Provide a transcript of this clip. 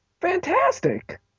Fantastic